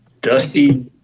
dusty